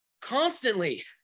constantly